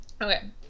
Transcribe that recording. Okay